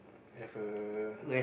have a